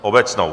Obecnou.